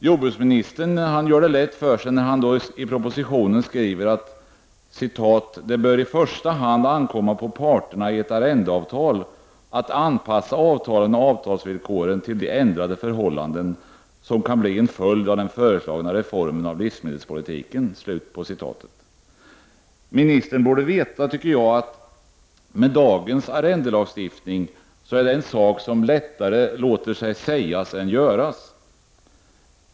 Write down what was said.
Jordbruksministern gör det lätt för sig när han i propositionen skriver: ”Det bör i första hand ankomma på parterna i ett arrendeavtal att anpassa avtalen och avtalsvillkoren till de ändrade förhållanden som kan bli en följd av den föreslagna reformen av livsmedelspolitiken.” Ministern borde veta, tycker jag, att med dagens arrendelagstiftning är det en sak som lättare låter sig sägas än göras.